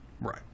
right